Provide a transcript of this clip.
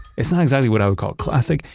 it's not exactly what i would call classic,